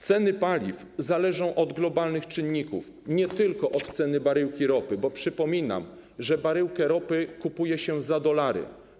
Ceny paliw zależą od globalnych czynników, nie tylko od ceny baryłki ropy, bo przypominam, że baryłkę ropy kupuje się za dolary.